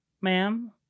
ma'am